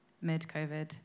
mid-COVID